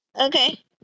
Okay